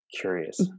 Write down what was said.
Curious